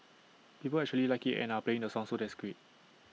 people actually like IT and are playing the song so that's great